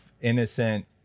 innocent